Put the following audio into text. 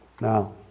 Now